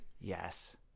Yes